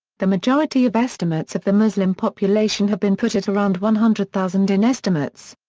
the majority of estimates of the muslim population have been put at around one hundred thousand in estimates.